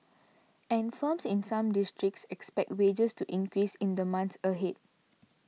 and firms in some districts expect wages to increase in the months ahead